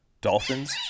dolphins